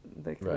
Right